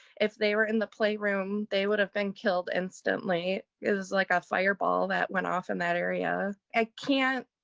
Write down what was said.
if they were in the play room, they would have been killed instantly. it's like a fireball that went off in that area. i can't